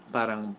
Parang